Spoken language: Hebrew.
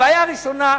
הבעיה הראשונה,